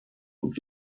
would